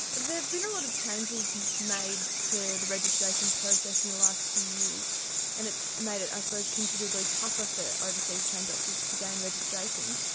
there have been a lot of changes made to the registration process in the last few years and it's made it i suppose considerably tougher for overseas trained doctors to gain registration.